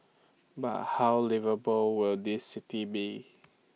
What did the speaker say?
but how liveable will this city be